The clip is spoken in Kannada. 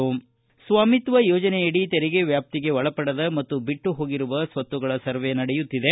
ಸ್ಟಾಮಿತ್ತ ಯೋಜನೆಯಡಿ ತೆರಿಗೆ ವ್ಯಾಪ್ತಿಗೆ ಒಳಪಡದ ಮತ್ತು ಬಿಟ್ನು ಹೋಗಿರುವ ಸತ್ತುಗಳ ಸರ್ವೆ ನಡೆಯುತ್ತಿದೆ